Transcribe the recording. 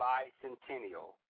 Bicentennial